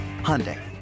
Hyundai